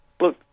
Look